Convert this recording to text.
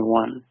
one